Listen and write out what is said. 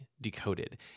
decoded